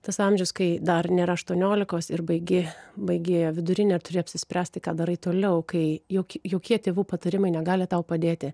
tas amžius kai dar nėra aštuoniolikos ir baigi baigi vidurinę ir turi apsispręsti ką darai toliau kai jokie tėvų patarimai negali tau padėti